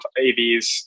AVs